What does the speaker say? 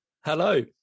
Hello